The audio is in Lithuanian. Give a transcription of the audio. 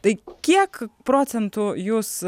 tai kiek procentų jūs